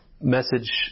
message